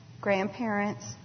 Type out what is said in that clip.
grandparents